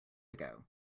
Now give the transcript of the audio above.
ago